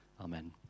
amen